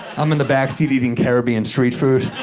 i'm in the backseat eating caribbean street food.